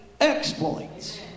exploits